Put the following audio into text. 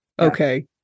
okay